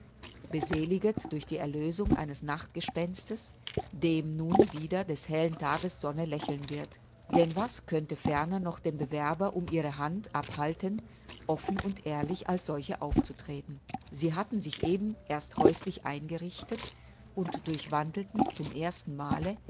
beseliget durch die erlösung eines nachtgespenstes dem nun wieder des hellen tages sonne lächeln wird denn was könnte ferner noch den bewerber um ihre hand abhalten offen und ehrlich als solcher aufzutreten sie hatten sich denn eben erst häuslich eingerichtet und durchwandelten zum erstenmale